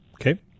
Okay